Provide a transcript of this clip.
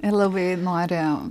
ir labai nori